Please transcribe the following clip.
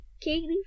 Katie